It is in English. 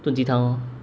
炖鸡汤 lor